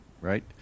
right